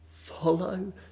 Follow